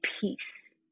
peace